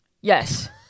Yes